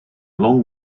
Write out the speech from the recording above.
long